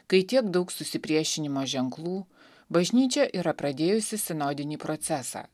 kai tiek daug susipriešinimo ženklų bažnyčia yra pradėjusi sinodinį procesą